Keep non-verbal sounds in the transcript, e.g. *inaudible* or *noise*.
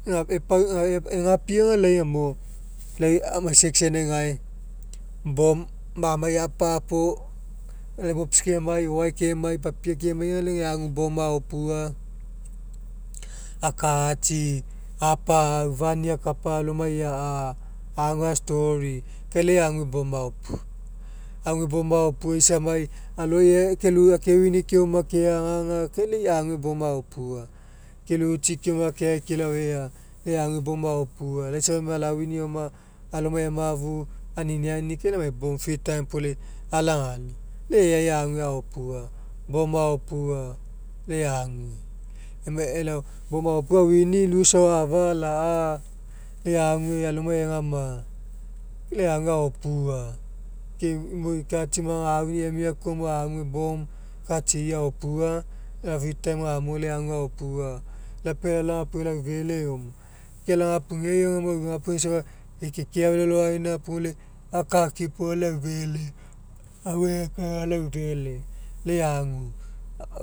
*unintelligible* egapi aga lai gamo lai amai section'ai gae bomb mamai apa'a puo lai mops kemai o'oae amai papie kemai aga lai gae agu bomb aopua akatsi apa'au funny akapa alomai ea'q a'story ke lai ague bomb aopua ague aopua isamai aloi aga akelu akewini keoma keagaga ke lai ague bomb aopua ke lutsi keoma kelao gae lai ague bomb aopua lai safa alawini aoma alomai emafu aniniani kai lai emai bomb free time puo lai ala'agalao e'ai ague aopua bomb aopua lai ague. Emai elao bomb aopua awini loose ao a'afa ala'a lai ague alomai egama lai ague aopua ke imoi katsi maga auni emai koa agu bomb katsi'i aopua lai free time gamo lai agu aopua, aopua alao agapugeai aufele eoma ke alao agapugeai aga mo agapuge safa fei kekea felo alogaina puo lai akakipo aga lai aufele auegekae alao aufele lai agu